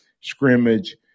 scrimmage